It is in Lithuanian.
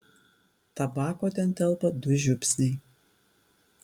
tabako ten telpa du žiupsniai